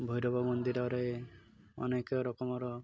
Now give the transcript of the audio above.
ଭୈରବ ମନ୍ଦିରରେ ଅନେକ ରକମର